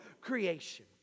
creation